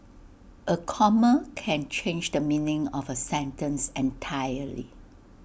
A comma can change the meaning of A sentence entirely